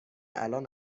الان